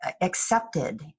accepted